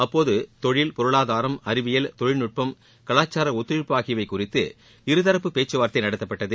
அப்போது தொழில் பொருளாதாரம் அறிவியல் தொழில்நுட்பம் கலாச்சார ஒத்துழைப்பு ஆகியவை குறித்து இருதரப்பு பேச்சவார்த்தை நடத்தப்பட்டது